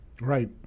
Right